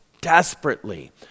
desperately